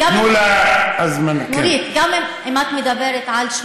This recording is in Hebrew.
חברת הכנסת קורן, בקטע הזה את לא צודקת.